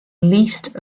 least